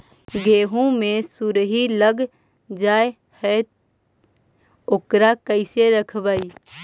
गेहू मे सुरही लग जाय है ओकरा कैसे रखबइ?